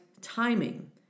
timing